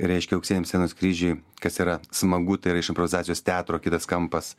reiškia auksiniam scenos kryžiui kas yra smagu tai yra iš improvizacijos teatro kitas kampas